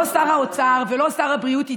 לא שר האוצר ולא שר הבריאות,